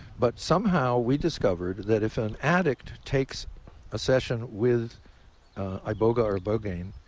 but somehow we discovered that if an addict takes a session with iboga or ibogaine,